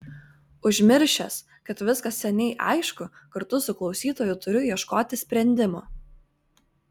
užmiršęs kad viskas seniai aišku kartu su klausytoju turiu ieškoti sprendimo